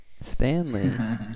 Stanley